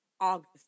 August